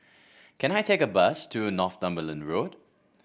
can I take a bus to Northumberland Road